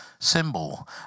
Symbol